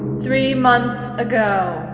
three months ago.